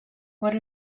what